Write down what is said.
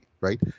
right